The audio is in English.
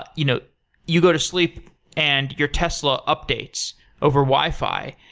but you know you go to sleep and your tesla updates over wi-fi,